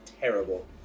Terrible